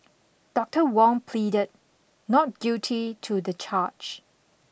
Doctor Wong pleaded not guilty to the charge